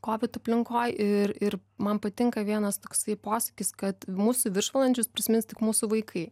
kovid aplinkoj ir ir man patinka vienas toksai posakis kad mūsų viršvalandžius prisimins tik mūsų vaikai